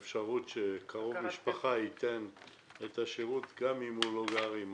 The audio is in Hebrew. אפשרות שקרוב משפחה ייתן את השירות גם אם הוא לא גר עם